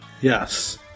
Yes